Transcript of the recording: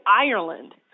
Ireland